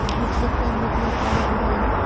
Metric tonne मतलब का होव हइ?